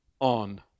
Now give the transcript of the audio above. on